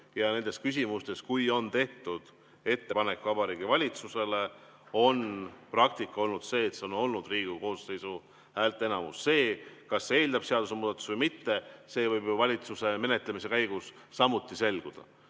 Nendes küsimustes, kui on tehtud ettepanek Vabariigi Valitsusele, on praktika olnud selline, et on olnud Riigikogu koosseisu häälteenamus. See, kas see eeldab seadusemuudatust või mitte, võib ju valitsuse menetlemise käigus samuti selguda.